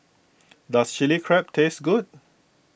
does Chili Crab taste good